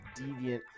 deviant